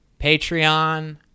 patreon